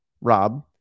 Rob